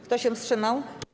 Kto się wstrzymał?